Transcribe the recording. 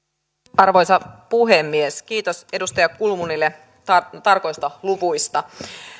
arvoisa puhemies kiitos edustaja kulmunille tarkoista luvuista